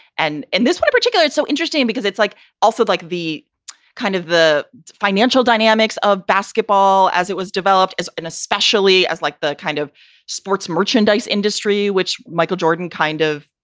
and in this particular, it's so interesting because it's like also like the kind of the financial dynamics of basketball as it was developed as an especially as like the kind of sports merchandise industry which michael jordan kind of,